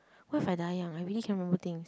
what if I die young I really can't remember things